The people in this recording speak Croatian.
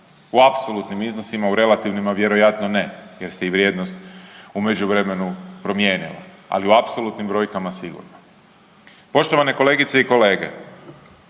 u apsolutnim iznosima, u relativnima vjerojatno ne jer se i vrijednost u međuvremenu promijenila. Ali u apsolutnim brojkama sigurno. Poštovane kolegice i kolege,